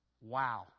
Wow